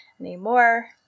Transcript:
anymore